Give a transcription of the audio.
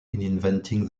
inventing